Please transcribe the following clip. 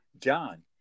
John